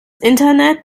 internet